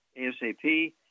ASAP